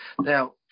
Now